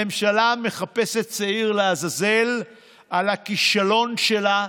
הממשלה מחפשת שעיר לעזאזל על הכישלון שלה,